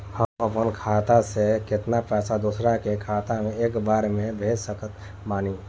हम अपना खाता से केतना पैसा दोसरा के खाता मे एक बार मे भेज सकत बानी?